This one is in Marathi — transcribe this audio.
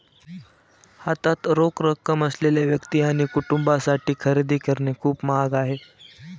हातात रोख रक्कम असलेल्या व्यक्ती आणि कुटुंबांसाठी खरेदी करणे खूप महाग आहे